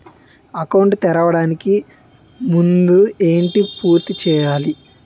Account తెరవడానికి ముందు ఏంటి పూర్తి చేయాలి?